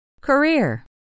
Career